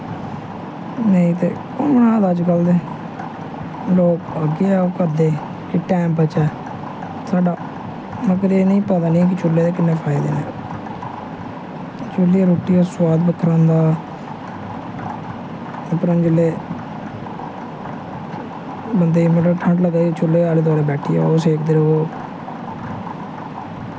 नेईं ते कु'न बना दा अजकल लोग अग्गें गै ओह् करदे कि टैम बचै साढ़ा मगर इ'नेंगी पता निं ऐ कूह्ले दे किन्ने फायदे न चूह्ले दी रुट्टी दा सोआद बक्खरा होंदा उप्परा जिसलै बंदे गी ठंड लग्गा दी होए चूह्ला जाली देई ओड़ो बैट्ठियै ओह् सेकदे र'वो